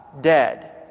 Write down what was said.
dead